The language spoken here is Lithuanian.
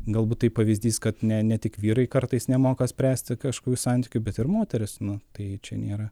galbūt tai pavyzdys kad ne ne tik vyrai kartais nemoka spręsti kažkokių santykių bet ir moterys nu tai čia nėra